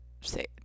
say